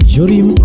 Jorim